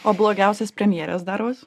o blogiausias premjerės darbas